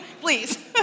Please